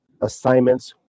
assignments